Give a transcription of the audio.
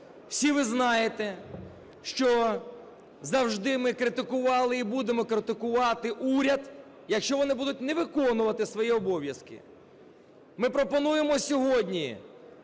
Всі ви знаєте, що завжди ми критикували і будемо критикувати уряд, якщо вони не будуть виконувати свої обов'язки. Ми пропонуємо сьогодні,